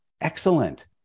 excellent